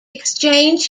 exchange